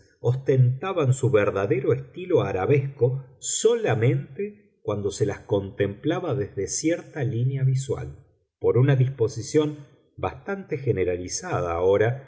ostentaban su verdadero estilo arabesco solamente cuando se las contemplaba desde cierta línea visual por una disposición bastante generalizada ahora